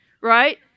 right